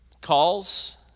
Calls